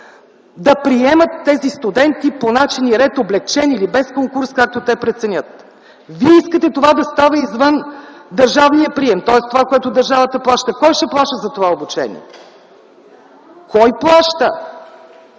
да приемат тези студенти по начин и ред – облекчен или без конкурс, както те преценят. Вие искате това да става извън държавния прием, тоест това, което държавата плаща. Кой ще плаща за това обучение? Кой плаща